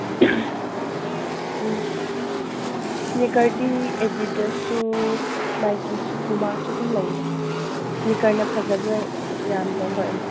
ꯎꯝ ꯏꯁꯅꯤꯀꯔꯗꯤ ꯑꯦꯗꯤꯗꯥꯁꯁꯨ ꯅꯥꯏꯀꯤꯁꯨ ꯄꯨꯃꯥꯁꯨ ꯑꯗꯨꯝ ꯂꯩꯌꯦ ꯏꯁꯅꯤꯀꯔꯅ ꯐꯖꯕ ꯌꯥꯝ ꯂꯩ ꯍꯣꯏ ꯎꯝ